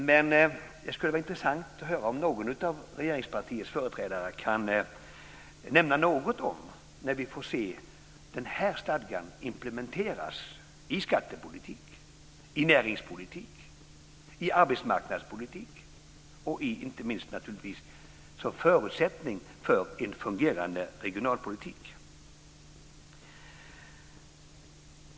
Men det skulle vara intressant att höra någon av regeringspartiets företrädare nämna något om när vi får se den stadgan implementeras i skattepolitik, i näringspolitik, i arbetsmarknadspolitik och inte minst naturligtvis som förutsättning för en fungerande regionalpolitik.